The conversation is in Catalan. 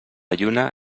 lluna